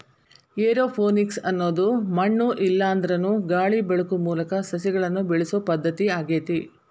aeroponics ಅನ್ನೋದು ಮಣ್ಣು ಇಲ್ಲಾಂದ್ರನು ಗಾಳಿ ಬೆಳಕು ಮೂಲಕ ಸಸಿಗಳನ್ನ ಬೆಳಿಸೋ ಪದ್ಧತಿ ಆಗೇತಿ